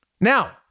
Now